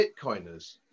bitcoiners